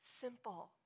simple